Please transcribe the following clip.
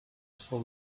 for